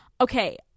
okay